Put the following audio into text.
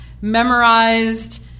memorized